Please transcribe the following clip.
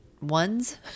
ones